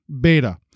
beta